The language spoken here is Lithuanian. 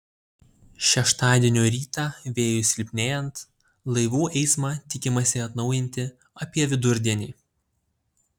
šeštadienio rytą vėjui silpnėjant laivų eismą tikimasi atnaujinti apie vidurdienį